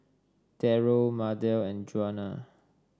Darrell Mardell and Juana